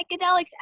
psychedelics